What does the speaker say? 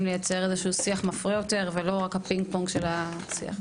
לייצר שיח מפרה יותר ולא רק הפינג פונג של הוועדה.